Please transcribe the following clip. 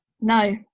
No